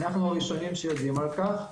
אנחנו הראשונים שיודעים על כך.